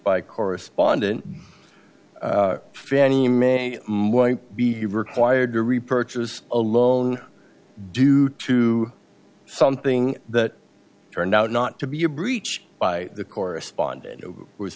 by correspondent fannie mae be required to repurchase a loan due to something that turned out not to be a breach by the correspondent was